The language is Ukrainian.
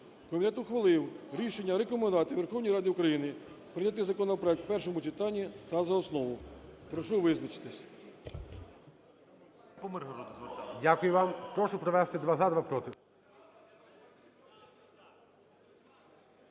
Комітет ухвалив рішення: рекомендувати Верховній Раді України прийняти законопроект в першому читанні та за основу. Прошу визначитись.